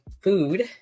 food